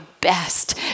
best